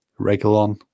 Regalon